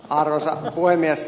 arvoisa puhemies